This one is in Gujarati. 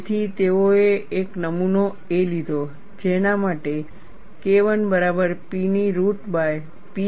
તેથી તેઓએ એક નમૂનો A લીધો જેના માટે KI બરાબર P ની રુટ બાય pi a